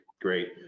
great